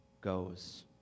goes